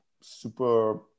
super